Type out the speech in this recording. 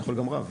אני יכול גם רב.